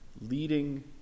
leading